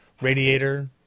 radiator